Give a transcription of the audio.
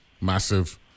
massive